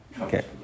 okay